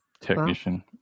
technician